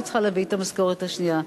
והיא צריכה להביא את המשכורת השנייה.